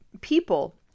people